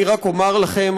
אני רק אומר לכם,